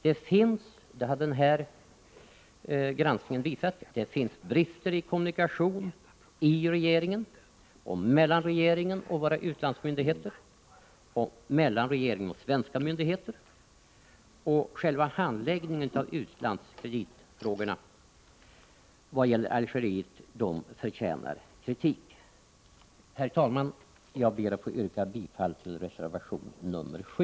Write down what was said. Det finns — det har den här granskningen visat — brister i kommunikation i regeringen, mellan regeringen och våra utlandsmyndigheter samt mellan regeringen och svenska myndigheter. Själva handläggningen av utlandskreditfrågan vad gäller Algeriet förtjänar kritik. Herr talman! Jag ber att få yrka bifall till reservation 7.